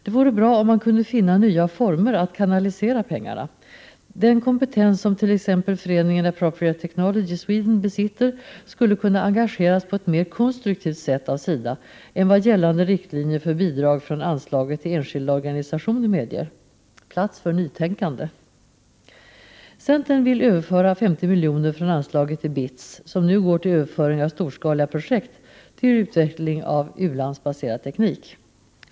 Det vore bra om man kunde finna nya former att kanalisera pengarna. Den kompetens som t.ex. Föreningen Appropriate Technology Sweden besitter skulle kunna engageras på ett mer konstruktivt sätt av SIDA än vad gällande riktlinjer för bidrag från anslaget till enskilda organisationer medger. Plats för nytänkande! Centern vill överföra 50 miljoner från anslaget till BITS, som nu går till överföring av storskaliga projekt till utveckling av u-landsbaserad teknik.